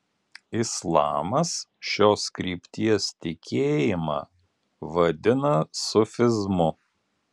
islamas šios krypties tikėjimą vadina sufizmu